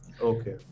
Okay